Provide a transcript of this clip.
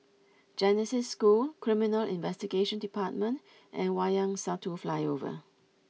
Genesis School Criminal Investigation Department and Wayang Satu Flyover